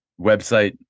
website